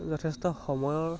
যথেষ্ট সময়ৰ